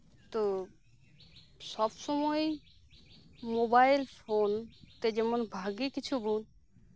ᱛᱳ ᱥᱚᱵᱽ ᱥᱚᱢᱚᱭ mobile phone ᱛᱮ ᱡᱮᱢᱚᱱ ᱵᱷᱟᱹᱜᱮ ᱠᱤᱪᱷᱩ ᱵᱚᱱ